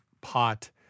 pot